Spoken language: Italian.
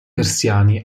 persiani